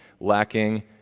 lacking